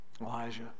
Elijah